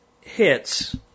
hits